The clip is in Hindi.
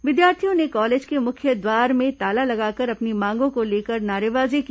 विद्यार्थियों ने कॉलेज के मुख्य द्वार में ताला लगाकर अपनी मांगों को लेकर नारेबाजी की